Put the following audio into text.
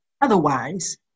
Otherwise